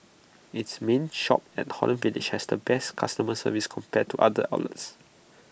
its main shop at Holland village has the best customer service compared to other outlets